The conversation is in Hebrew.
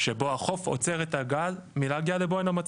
שבו החוף עוצר את הגל מלהגיע לבוהן המצוק.